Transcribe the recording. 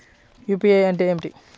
UPI అంటే ఏమిటీ?